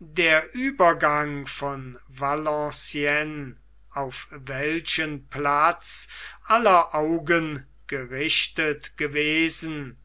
der uebergang von valenciennes auf welchen platz aller augen gerichtet gewesen